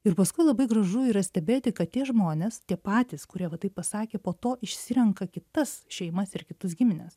ir paskui labai gražu yra stebėti kad tie žmonės tie patys kurie va taip pasakė po to išsirenka kitas šeimas ir kitus gimines